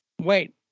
Wait